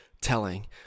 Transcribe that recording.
telling